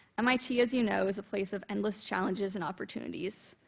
mit, as you know, is a place of endless challenges and opportunities.